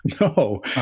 No